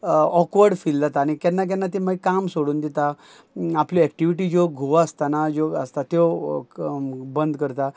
awkward feel जाता आनी केन्ना केन्ना ती मागी काम सोडून दिता आपल्यो एक्टिविटी ज्यो घोव आसताना ज्यो आसता त्यो क् बंद करता